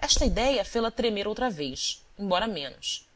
esta idéia fê-la tremer outra vez embora menos